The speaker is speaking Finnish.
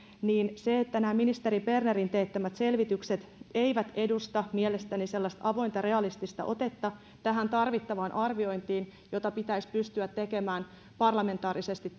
nämä ministeri bernerin teettämät selvitykset eivät edusta mielestäni sellaista avointa realistista otetta tähän tarvittavaan arviointiin jota pitäisi pystyä tekemään parlamentaarisesti